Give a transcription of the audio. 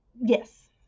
Yes